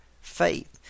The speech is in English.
faith